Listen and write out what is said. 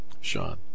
Sean